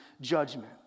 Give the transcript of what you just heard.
judgment